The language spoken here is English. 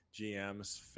gms